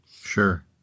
Sure